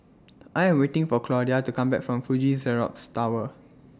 I Am waiting For Claudia to Come Back from Fuji Xerox Tower